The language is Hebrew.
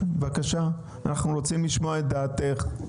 בבקשה, אנחנו רוצים לשמוע את דעתך.